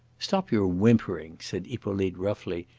stop your whimpering, said hippolyte roughly.